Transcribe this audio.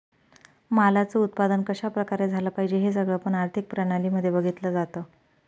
मालाच उत्पादन कशा प्रकारे झालं पाहिजे हे सगळं पण आर्थिक प्रणाली मध्ये बघितलं जातं